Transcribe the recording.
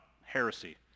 Heresy